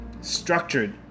structured